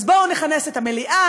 אז בואו נכנס את המליאה,